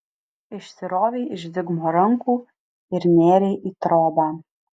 išsirovei iš zigmo rankų ir nėrei į trobą